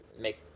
make